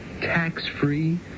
tax-free